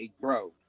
bro